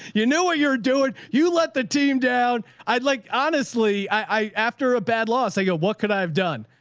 you knew what ah you're doing. you let the team down. i'd like, honestly, i, after a bad loss, i go, what could i have done?